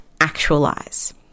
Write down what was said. actualize